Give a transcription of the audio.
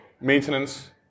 maintenance